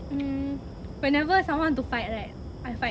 mm whenever someone want to fight right I fight